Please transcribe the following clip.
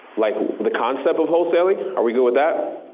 like the concept of wholesaling? are we good with that?